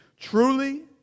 Truly